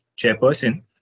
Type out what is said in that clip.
chairperson